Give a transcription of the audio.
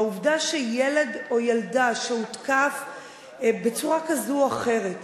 והעובדה שילד או ילדה שהותקפו בצורה כזאת או אחרת,